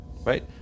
Right